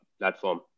platform